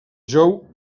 jou